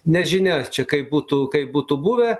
nežinia čia kaip būtų kaip būtų buvę